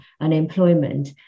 unemployment